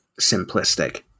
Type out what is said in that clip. simplistic